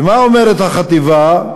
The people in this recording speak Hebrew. ומה אומרת החטיבה?